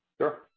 Sure